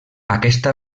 aquesta